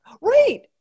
right